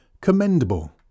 commendable